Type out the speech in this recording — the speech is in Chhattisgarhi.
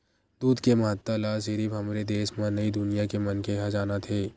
दूद के महत्ता ल सिरिफ हमरे देस म नइ दुनिया के मनखे ह जानत हे